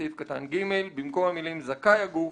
בסעיף קטן (ג), במקום המילים "זכאי הגוף"